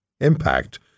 impact